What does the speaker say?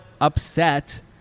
upset